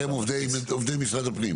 אתם עובדי משרד הפנים?